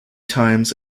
times